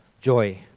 joy